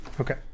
Okay